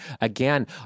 again